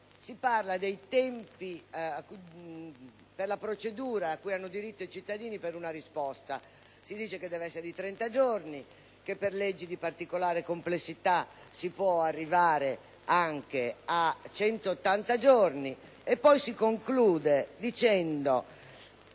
Si parlava del termine per la procedura cui hanno diritto i cittadini per una risposta, prevedendo che debba essere di 30 giorni, che per leggi di particolare complessità si possa arrivare anche a 180 giorni e poi si concludeva dicendo